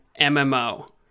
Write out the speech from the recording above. MMO